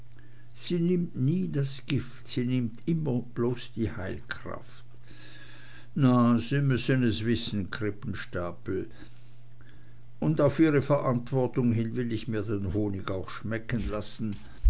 sie nimmt nie das gift sie nimmt immer bloß die heilkraft na sie müssen es wissen krippenstapel und auf ihre verantwortung hin will ich mir den honig auch schmecken lassen